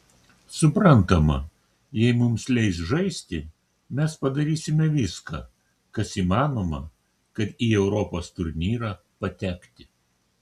suprantama jei mums leis žaisti mes padarysime viską kas įmanoma kad į europos turnyrą patekti